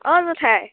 অ' জেঠাই